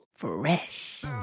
Fresh